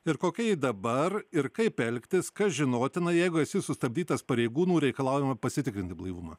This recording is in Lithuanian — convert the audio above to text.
ir kokia ji dabar ir kaip elgtis kas žinotina jeigu esi sustabdytas pareigūnų reikalaujama pasitikrinti blaivumą